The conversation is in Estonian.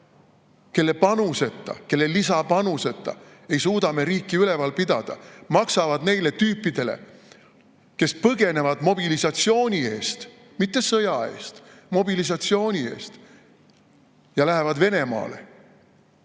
kelle panuseta, kelle lisapanuseta, ei suudaks me riiki üleval pidada, maksavad neile tüüpidele, kes põgenevad mobilisatsiooni eest – mitte sõja eest, mobilisatsiooni eest – ja lähevad Venemaale.